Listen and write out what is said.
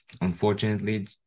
unfortunately